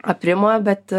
aprimo bet